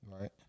Right